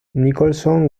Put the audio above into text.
nicholson